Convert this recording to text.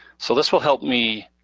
so this will help me